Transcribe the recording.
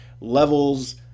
levels